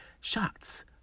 shots